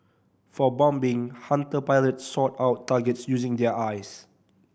for bombing Hunter pilots sought out targets using their eyes